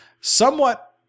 somewhat